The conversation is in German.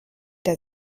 der